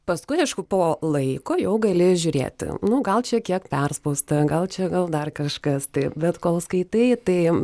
paskui aišku po laiko jau gali žiūrėti nu gal čia kiek perspausta gal čia gal dar kažkas tai bet kol skaitai tai